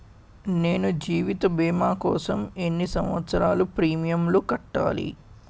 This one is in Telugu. నేను జీవిత భీమా కోసం ఎన్ని సంవత్సారాలు ప్రీమియంలు కట్టాలి?